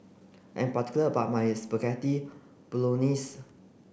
I'm particular about my Spaghetti Bolognese